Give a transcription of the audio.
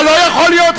אבל לא יכול להיות,